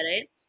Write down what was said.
right